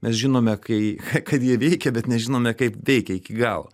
mes žinome kai ka kad ji veikia bet nežinome kaip veikia iki galo